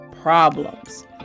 problems